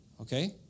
Okay